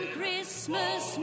Christmas